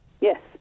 yes